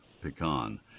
pecan